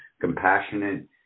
compassionate